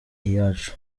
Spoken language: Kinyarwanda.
iyacu